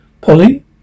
Polly